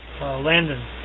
Landon